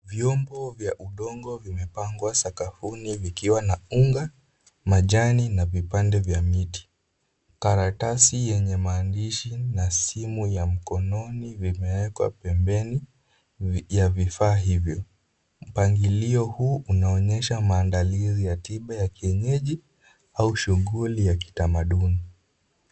Vyombo vya udongo vimepangwa sakafuni vikiwa na unga, majani na vipande vya miti. Karatasi yenye maandishi na simu ya mkononi vimewekwa pembeni ya vifaa hivyo. Mpangilio huu unaonyesha maandalizi ya tiba ya kienyeji au shughuli ya kitamaduni.